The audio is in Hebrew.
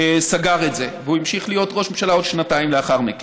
סגר את זה והוא המשיך להיות ראש ממשלה עוד שנתיים לאחר מכן.